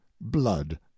blood